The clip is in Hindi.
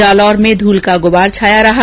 जालौर में धूल का गुबार छाया रहा